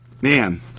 man